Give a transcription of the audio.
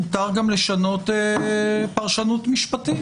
מותר גם לשנות פרשנות משפטית.